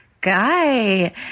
guy